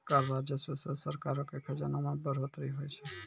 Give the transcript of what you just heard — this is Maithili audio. कर राजस्व से सरकारो के खजाना मे बढ़ोतरी होय छै